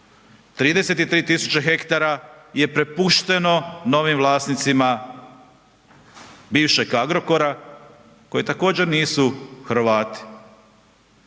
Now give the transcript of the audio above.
33000 hektara je prepušteno novim vlasnicima bivšeg Agrokora koji također nisu Hrvati,